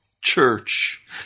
church